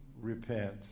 repent